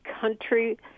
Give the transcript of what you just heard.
country